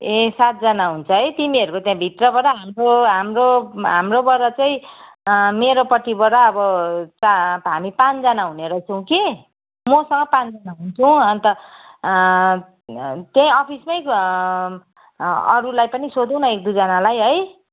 ए सातजना हुन्छ है तिमीहरूको त्यहाँभित्रबाट हाम्रो हाम्रो हाम्रोबाट चाहिँ मेरोपट्टिबाट अब हामी पाँचजना हुने रहेछौँ कि मसँग पाँचजना हुन्छौँ अन्त त्यही अफिसमै अरूलाई पनि सोधौँ न एक दुईजनालाई है